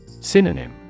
Synonym